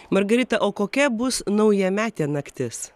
margarita o kokia bus naujametė naktis